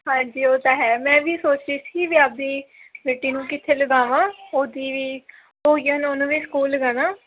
ਹਾਂਜੀ ਉਹ ਤਾਂ ਹੈ ਮੈਂ ਵੀ ਸੋਚਦੀ ਸੀ ਵੀ ਆਪਣੀ ਬੇਟੀ ਨੂੰ ਕਿੱਥੇ ਲਗਾਵਾਂ ਉਹਦੀ ਉਹਨੂੰ ਵੀ ਸਕੂਲ ਲਗਾਉਣਾ